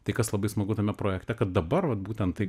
tai kas labai smagu tame projekte kad dabar vat būtent tai